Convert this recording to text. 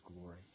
glory